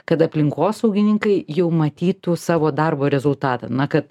kad aplinkosaugininkai jau matytų savo darbo rezultatą na kad